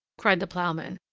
cried the ploughman,